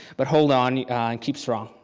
but hold on and keep strong.